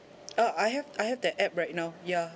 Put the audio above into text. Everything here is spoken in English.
uh I have I have the app right now yeah